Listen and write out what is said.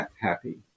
happy